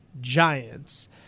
giants